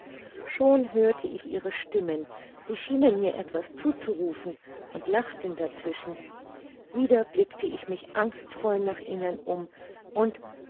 schon hörte ich ihre stimmen sie schienen mir etwas zuzurufen und lachten dazwischen wieder blickte ich mich angstvoll nach ihnen um und